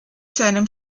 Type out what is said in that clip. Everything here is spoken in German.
seinem